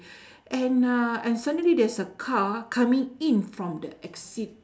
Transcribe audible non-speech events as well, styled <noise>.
<breath> and uh and suddenly there's a car coming in from the exit